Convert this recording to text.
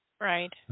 Right